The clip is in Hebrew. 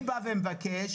אני מבקש,